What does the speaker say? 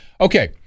Okay